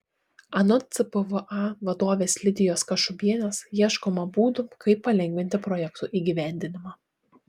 anot cpva vadovės lidijos kašubienės ieškoma būdų kaip palengvinti projektų įgyvendinimą